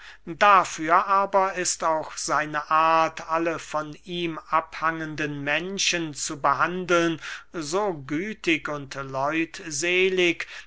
dafür aber ist auch seine art alle von ihm abhangenden menschen zu behandeln so gütig und